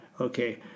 okay